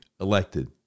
elected